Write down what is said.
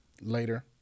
Later